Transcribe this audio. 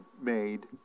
made